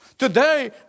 Today